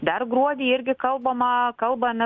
dar gruodį irgi kalbama kalbame